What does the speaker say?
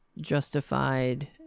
justified